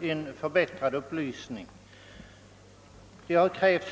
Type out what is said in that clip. ingen yttterligare ökning av anslaget.